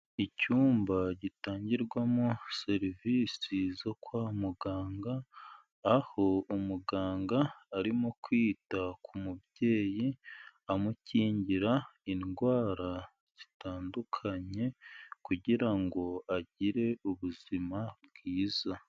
Icyumba gitangirwamo serivisi zo kwa muganga, aho umuganga arimo kwita ku mubyeyi, amukingira indwara zitandukanye kugira ngo agire ubuzima bwiza.